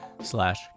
slash